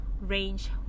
range